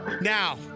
Now